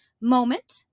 moment